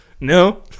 No